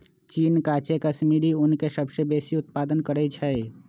चीन काचे कश्मीरी ऊन के सबसे बेशी उत्पादन करइ छै